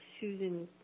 Susan